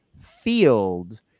field